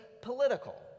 Political